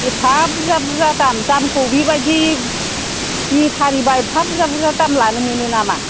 एफा बुरजा बुरजा दाम दामखौ बेबायदि बेफारिबा एफा बुरजा बुरजा दाम लानो मोनो नामा